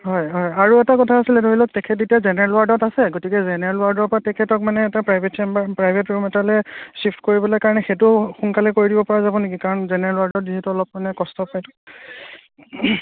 হয় হয় হয় আৰু এটা কথা আছিলে ধৰি লওক তেখেত এতিয়া জেনেৰেল ৱাৰ্ডত আছে গতিকে জেনেৰেল ৱাৰ্ডৰ পৰা তেখেতক মানে এটা প্ৰাইভেট চেম্বাৰ প্ৰাইভেট ৰূম এটালৈ শ্বিফ্ট কৰিবলৈ কাৰণে সেইটো সোনকালে কৰি দিব পৰা যাব নেকি কাৰণ জেনেৰেল ৱাৰ্ডত যিহেতু অলপ কষ্ট পায়